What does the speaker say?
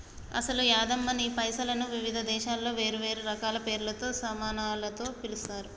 అసలు యాదమ్మ నీ పైసలను వివిధ దేశాలలో వేరువేరు రకాల పేర్లతో పమానాలతో పిలుస్తారు